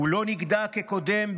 "הוא לא נגדע כקודם,